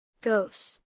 Ghosts